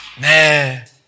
man